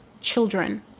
children